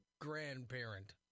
grandparent